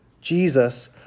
Jesus